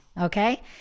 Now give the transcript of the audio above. Okay